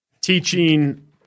teaching